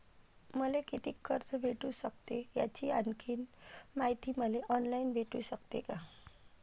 मले कितीक कर्ज भेटू सकते, याची आणखीन मायती मले ऑनलाईन भेटू सकते का?